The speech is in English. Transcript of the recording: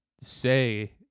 say